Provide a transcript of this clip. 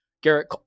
Garrett